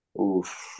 oof